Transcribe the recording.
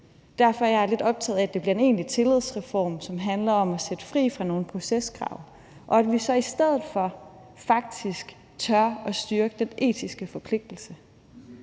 Derfor er jeg lidt optaget af, at det bliver en egentlig tillidsreform, som handler om at sætte fri dem fra nogle proceskrav, og at vi så faktisk i stedet for tør at styrke den etiske forpligtelse.